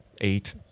eight